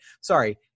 sorry